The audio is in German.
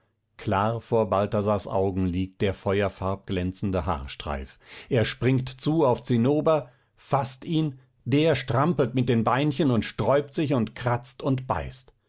klar vor balthasars augen liegt der feuerfarbglänzende haarstreif er springt zu auf zinnober faßt ihn der strampelt mit den beinchen und sträubt sich und kratzt und beißt